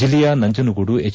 ಜಿಲ್ಲೆಯ ನಂಜನಗೂಡು ಹೆಚ್